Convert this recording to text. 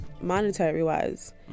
monetary-wise